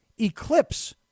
eclipse